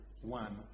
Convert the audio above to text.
one